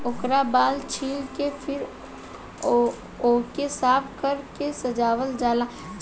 ओकर बाल छील के फिर ओइके साफ कर के सजावल जाला